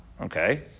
Okay